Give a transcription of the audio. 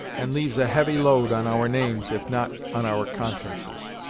and leaves a heavy load on our names if not on our consciences!